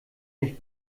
nicht